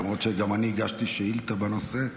למרות שגם אני הגשתי שאילתה בנושא,